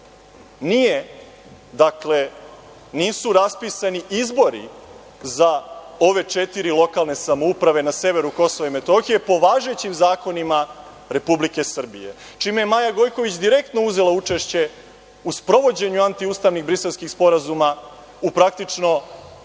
dana današnjeg nisu raspisani izbori za ove četiri lokalne samouprave na severu KiM po važećim zakonima Republike Srbije, čime je Maja Gojković direktno uzela učešće u sprovođenju antiustavnih briselskih sporazuma u praktično